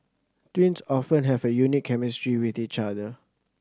twins often have a unique chemistry with each other